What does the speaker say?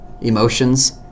emotions